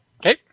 Okay